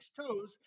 toes